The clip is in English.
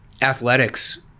athletics